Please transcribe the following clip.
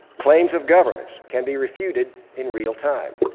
claims of governments can be refuted in real time.